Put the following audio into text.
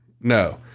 No